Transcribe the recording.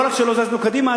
לא רק שלא זזנו קדימה,